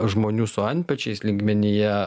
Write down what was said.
žmonių su antpečiais lygmenyje